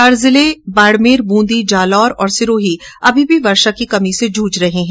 चार जिले बाडमेर बूंदी जालौर और सिरोही अभी भी वर्षा की कमी से जूझ रहे हैं